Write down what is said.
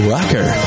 Rocker